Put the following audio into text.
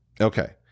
Okay